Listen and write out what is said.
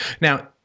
Now